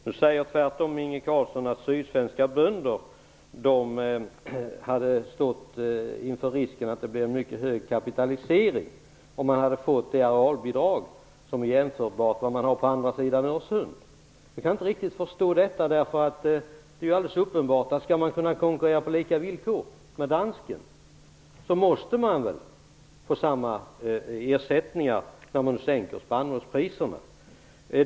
Nu säger Inge Carlsson tvärtom att sydsvenska bönder hade stått inför risken att få en mycket hög kapitalisering om de hade fått det arealbidrag som är jämförbart med det som man har på andra sidan Öresund. Jag kan inte riktigt förstå det. Det är ju alldeles uppenbart att om vi skall kunna konkurrera på lika villkor med dansken måste vi ju få samma ersättningar när spannmålspriserna sänks.